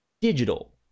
digital